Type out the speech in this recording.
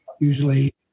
usually